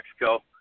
Mexico